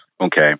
Okay